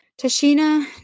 Tashina